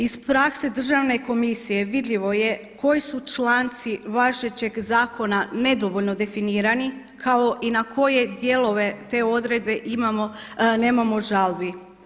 Iz prakse Državne komisije vidljivo je koji su članci važećeg zakona nedovoljno definirani kao i na koje dijelove te odredbe imamo, nemamo žalbi.